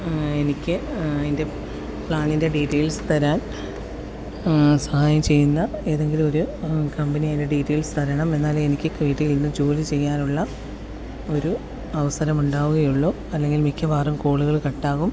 എനിക്ക് എൻ്റെ പ്ലാനിൻ്റെ ഡീറ്റെയിൽസ് തരാൻ സഹായം ചെയ്യുന്ന ഏതെങ്കിലും ഒരു കമ്പനിയുടെ ഡീറ്റെയിൽസ് തരണം എന്നാലേ എനിക്ക് വീട്ടിലിരുന്ന് ജോലി ചെയ്യാനുള്ള ഒരു അവസരം ഉണ്ടാവുകയുള്ളൂ അല്ലങ്കിൽ മിക്കവാറും കോളുകൾ കട്ട് ആകും